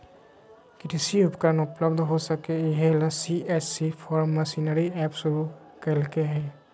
कृषि उपकरण उपलब्ध हो सके, इहे ले सी.एच.सी फार्म मशीनरी एप शुरू कैल्के हइ